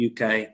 UK